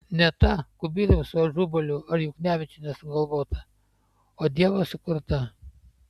ne ta kubiliaus su ažubaliu ar juknevičiene sugalvota o dievo sukurta